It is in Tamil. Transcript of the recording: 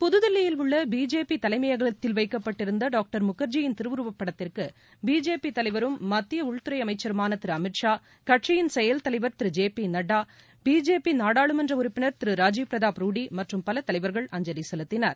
புதுதில்லியிலுள்ள பிஜேபி தலைமையகத்தில் வைக்கப்பட்டிருந்த டாக்டர் முகர்ஜியின் திருவுருவப்படத்திற்கு பிஜேபி தலைவரும் மத்திய உள்துறை அமைச்சருமான திரு அமித் ஷா கட்சியின் செயல்தலைவர் திரு ஜே பி நட்டா பிஜேபி நாடாளுமன்ற உறுப்பினர் திரு ராஜீவ் பிரதாப் ரூடி மற்றும் பல தலைவர்கள் அஞ்சலி செலுத்தினர்